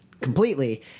completely